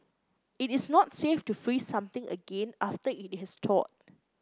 it is not safe to freeze something again after it has thawed